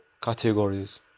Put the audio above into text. categories